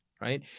right